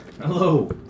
Hello